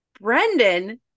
Brendan